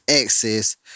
access